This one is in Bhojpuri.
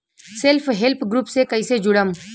सेल्फ हेल्प ग्रुप से कइसे जुड़म?